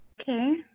Okay